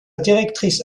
directrice